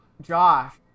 Josh